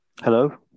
Hello